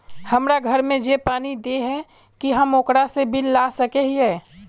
हमरा घर में जे पानी दे है की हम ओकरो से बिल ला सके हिये?